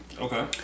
Okay